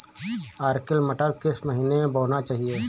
Arkel मटर किस महीना में बोना चाहिए?